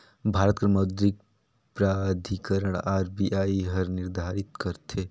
भारत कर मौद्रिक प्राधिकरन आर.बी.आई हर निरधारित करथे